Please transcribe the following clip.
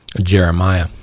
Jeremiah